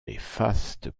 néfaste